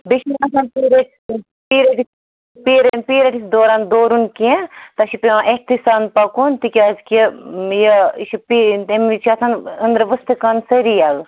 بیٚیہِ چھِنہٕ آسان پیٖرَڈٕس پیٖرَڈٕس دوران دورُن کیٚنٛہہ تَتھ چھِ پٮ۪وان احتہِ سان پَکُن تِکیٛازکہِ یہِ یہِ چھُ پین تَمہِ وِزِ چھِ آسان أنٛدرٕ وٕستہٕ کھان سٲری یَلہٕ